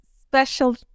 special